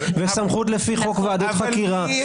וסמכות לפי חוק ועדות החקירה.